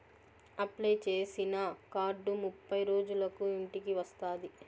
apply చేసిన card ముప్పై రోజులకు ఇంటికి వస్తాది